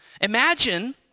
Imagine